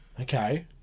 Okay